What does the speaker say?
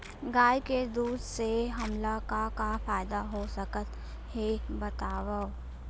गाय के दूध से हमला का का फ़ायदा हो सकत हे बतावव?